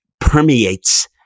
permeates